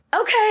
okay